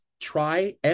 Try